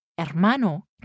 Hermano